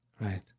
Right